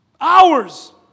hours